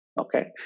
Okay